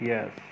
Yes